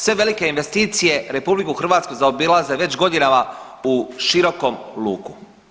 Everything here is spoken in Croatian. Sve velike investicije RH zaobilaze već godinama u širokom luku.